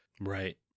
Right